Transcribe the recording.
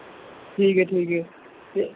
ਠੀਕ ਹੈ ਠੀਕ ਹੈ